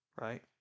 right